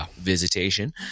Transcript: visitation